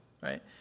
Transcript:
right